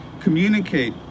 communicate